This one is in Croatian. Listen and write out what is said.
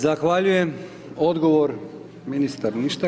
Zahvaljujem odgovor ministar ništa.